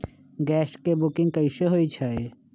Gas के booking कैसे होईछई?